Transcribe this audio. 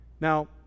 Now